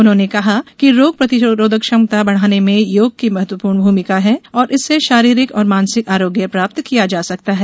उन्होंने कहा कि रोग प्रतिरोधक क्षमता बढाने में योग की महत्वपूर्ण भुमिका है और इससे शारीरिक और मानसिक आरोग्य प्राप्त किया जा सकता है